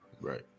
Right